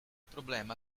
problema